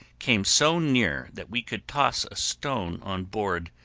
came so near that we could toss a stone on board,